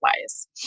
wise